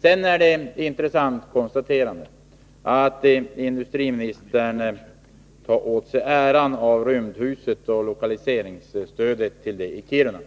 Sedan är det intressant att konstatera att industriministern tar åt sig äran av rymdhuset i Kiruna och lokaliseringsstödet till det.